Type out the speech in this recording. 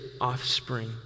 offspring